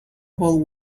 about